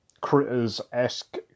critters-esque